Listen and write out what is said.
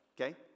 Okay